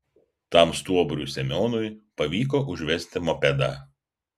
tam stuobriui semionui pavyko užvesti mopedą